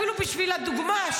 אפילו בשביל הדוגמה?